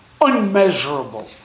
unmeasurable